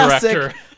director